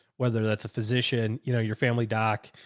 whether that's a physician, you know, your family, doc,